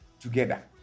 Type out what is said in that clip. together